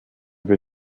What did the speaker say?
wir